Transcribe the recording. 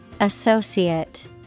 Associate